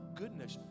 goodness